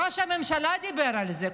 ראש הממשלה דיבר על זה,